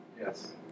Yes